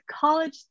college